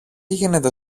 γίνεται